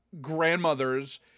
grandmothers